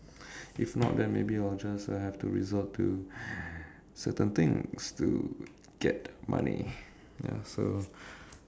if not then maybe I will just I have to resort to certain things to get money ya so